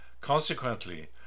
Consequently